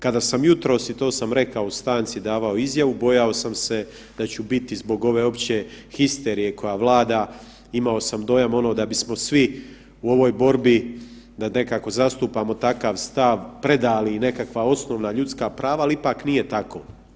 Kada sam jutros, i to sam rekao u stanci, davao izjavu, bojao sam se da ću biti zbog ove opće histerije koja vlada, imao sam dojam ono da bismo svi u ovoj borbi da nekako zastupamo takav stav predali nekakva osnovna ljudska prava, ali ipak nije tako.